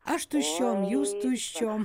aš tuščiom jūs tuščiom